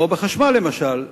כמו בחשמל למשל,